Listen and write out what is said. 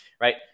right